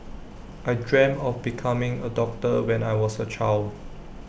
I dreamt of becoming A doctor when I was A child